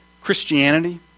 Christianity